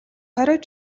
хориод